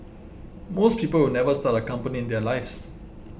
most people will never start a company in their lives